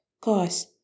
Cause